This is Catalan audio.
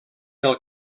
del